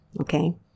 Okay